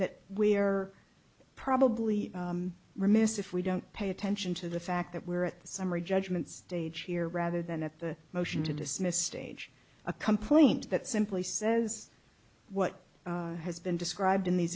that we are probably remiss if we don't pay attention to the fact that we're at the summary judgment stage here rather than at the motion to dismiss stage a complaint that simply says what has been described in these